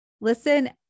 listen